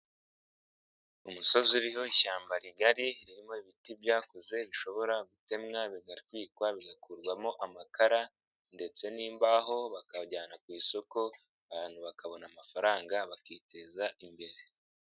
Umusozi uriho ishyamba rigari ririmo ibiti byakuze bishobora gutemwa bigatwikwa bigakurwamo amakara ndetse n'imbaho bakabijyana ku isoko abantu bakabona amafaranga bakiteza imbere.